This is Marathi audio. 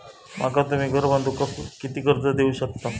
माका तुम्ही घर बांधूक किती कर्ज देवू शकतास?